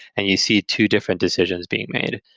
and you see two different decisions being made.